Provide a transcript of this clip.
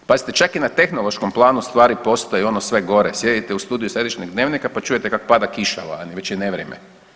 Pazite čak i na tehnološkom planu stvari postaju ono sve gore, sjedite u studiju središnjeg Dnevnika pa čujete kak pada kiša vani već je nevrijeme.